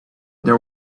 there